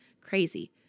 crazy